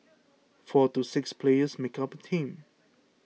four to six players make up a team